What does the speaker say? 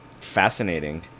fascinating